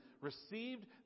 received